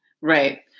Right